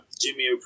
jimmy